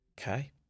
Okay